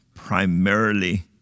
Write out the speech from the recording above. Primarily